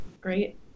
Great